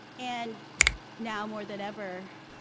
and now, more than ever,